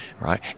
right